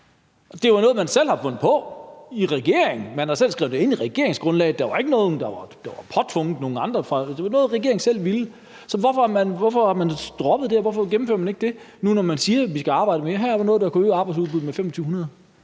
Det var noget, man selv havde fundet på i regeringen; man havde selv skrevet det ind i regeringsgrundlaget. Det var ikke noget, der var påtvunget af andre; det var noget, regeringen selv ville. Hvorfor har man droppet det og hvorfor gennemfører man ikke det, nu når man siger, at vi skal arbejde mere? Her er der noget, der kunne øge arbejdsudbuddet med 2.500.